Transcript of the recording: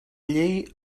llei